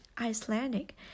Icelandic